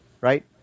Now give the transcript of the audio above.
right